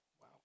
Wow